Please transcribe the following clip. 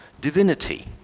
divinity